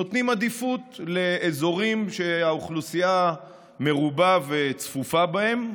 נותנים עדיפות לאזורים שהאוכלוסייה מרובה וצפופה בהם.